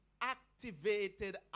activated